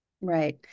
Right